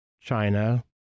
China